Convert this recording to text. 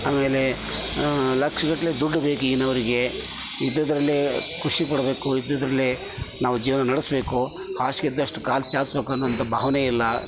ಆಮೇಲೆ ಲಕ್ಷ ಗಟ್ಟಲೆ ದುಡ್ಡು ಬೇಕು ಈಗಿನವ್ರಿಗೆ ಇದ್ದದ್ದರಲ್ಲೆ ಖುಷಿ ಪಡಬೇಕು ಇದ್ದದ್ದರಲ್ಲೆ ನಾವು ಜೀವನ ನಡೆಸ್ಬೇಕು ಹಾಸಿಗೆ ಇದ್ದಷ್ಟು ಕಾಲು ಚಾಚಬೇಕು ಅನ್ನುವಂತ ಭಾವನೆ ಇಲ್ಲ